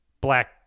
black